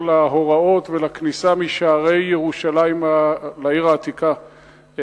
להוראות ולכניסה משערי ירושלים לעיר העתיקה,